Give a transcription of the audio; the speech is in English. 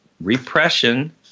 repression